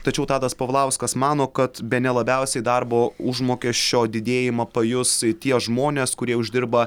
tačiau tadas povilauskas mano kad bene labiausiai darbo užmokesčio didėjimą pajus tie žmonės kurie uždirba